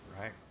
Right